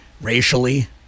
racially